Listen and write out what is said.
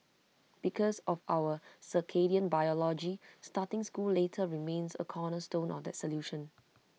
because of our circadian biology starting school later remains A cornerstone of that solution